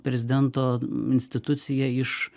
prezidento institucija iš